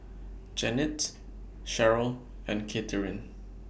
Jannette Cherryl and Katherin